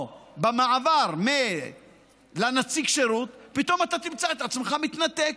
או שבמעבר לנציג השירות פתאום תמצא את עצמך מתנתק.